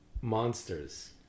monsters